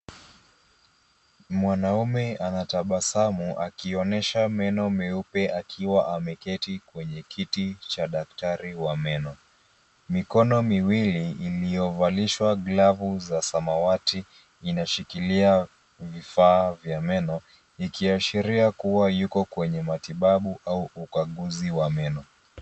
Mwanaume anatabasamu akionesha meno meupe akiwa ameketi kwenye kiti cha daktari wa meno. Mikono miwili iliyovalishwa glovu za samawati inashikilia vifaa vya meno ikiashiria kuwa yuko kwenye matibabu au ukaguzi wa meno.